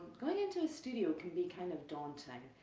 going into the studio can be kind of daunting.